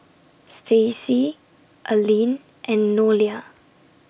Stacy Alene and Nolia